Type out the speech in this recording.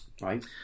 Right